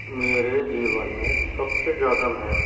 मेरे जीवन में सब से ज़्यादा महत्व